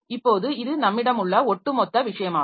இப்போது இது நம்மிடம் உள்ள ஒட்டுமொத்த விஷயம் ஆகும்